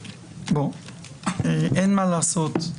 אין מה לעשות,